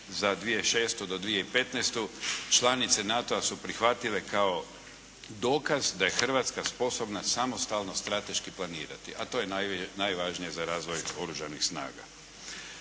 za 2006.-2015. članice NATO-a su prihvatile kao dokaz da je Hrvatska sposobna samostalno strateški planirati a to je najvažnije za razvoj oružanih snaga.